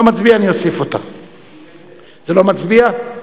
זה לא מצביע.